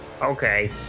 Okay